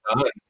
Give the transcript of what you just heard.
done